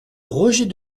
roger